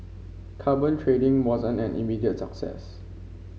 carbon trading wasn't an immediate success